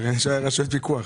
רשויות הפיקוח